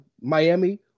Miami